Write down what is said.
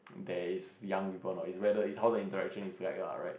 there is young people or not it's whether it's how the interaction is like lah right